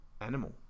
animal